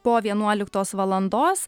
po vienuoliktos valandos